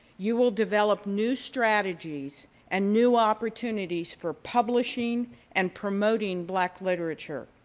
you will develop new strategies and new opportunities for publishing and promoting black literature,